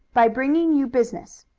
by bringing you business.